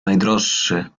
najdroższy